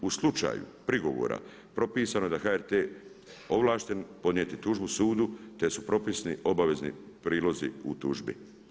U slučaju prigovora propisano je da HRT ovlašten podnijeti tužbu sudu te su propisni obavezni prilozi u tužbi.